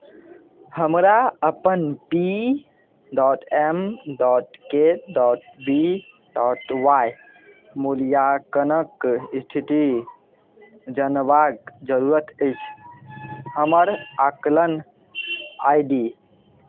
हमरा अपन P dot M dot K dot B dot Y मूल्याङ्कनक स्थिति जनबाक जरूरत अछि हमर आकलन आइ डी